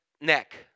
neck